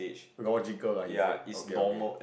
logical ah is it okay okay